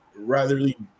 ratherly